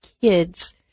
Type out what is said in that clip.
kids